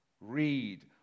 Read